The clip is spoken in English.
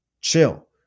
Chill